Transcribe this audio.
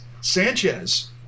Sanchez